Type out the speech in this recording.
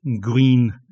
green